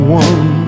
one